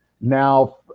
Now